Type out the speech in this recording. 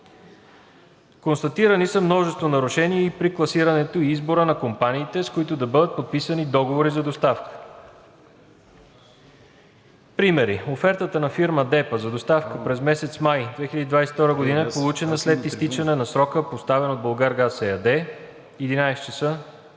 Констатирани са множество нарушения и при класирането и избора на компаниите, с които да бъдат подписани договори за доставка. Примери: Офертата на фирма DEPA за доставки през месец май 2022 г. е получена след изтичане на срока, поставен от „Булгаргаз“ ЕАД –11,00 ч.